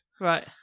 Right